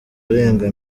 arenga